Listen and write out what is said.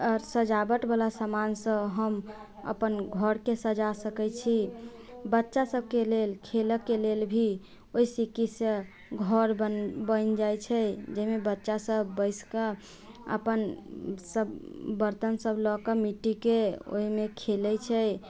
आर सजावट बला समान सभ हम अपन घरके सजा सकै छी बच्चा सभके लेल खेलऽके लेल भी ओहि सिक्कीसँ घर बनि जाइ छै जाहिमे बच्चा सभ बैसकऽ अपन सब बर्तन सभ लकऽ मिट्टीके ओहिमे खेलै छै